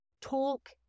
Talk